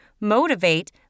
motivate